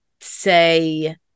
say